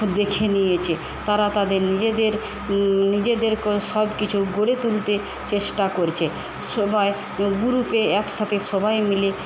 দেখে নিয়েছে তারা তাদের নিজেদের নিজেদের সব কিছু গড়ে তুলতে চেষ্টা করছে সময় গ্রুপে একসাথে সবাই মিলে